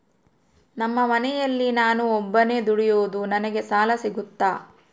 ನಮ್ಮ ಮನೆಯಲ್ಲಿ ನಾನು ಒಬ್ಬನೇ ದುಡಿಯೋದು ನನಗೆ ಸಾಲ ಸಿಗುತ್ತಾ?